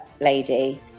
lady